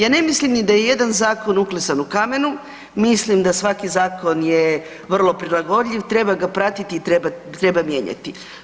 Ja ne mislim ni da je jedan zakon uklesan u kamenu, mislim da svaki zakon je vrlo prilagodljiv treba ga pratiti i treba mijenjati.